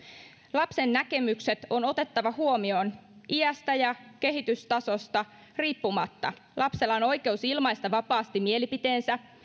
lapsen näkemykset on otettava huomioon iästä ja kehitystasosta riippumatta lapsella on oikeus ilmaista vapaasti mielipiteensä